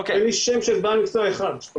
אין לי שם של בעל מקצוע אחד שתומך.